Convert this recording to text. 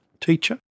teacher